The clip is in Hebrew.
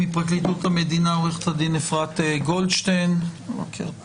עורכת הדין אפרת גולדשטיין מפרקליטות המדינה,